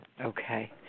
Okay